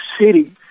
city